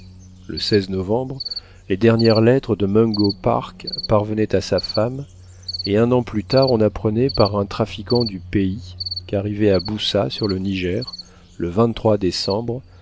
le novembre les dernières lettres de mungo park parvenaient à sa femme et un an plus tard on apprenait par un trafiquant du pays qu'arrivé à boussa sur le niger le décembre